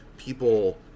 people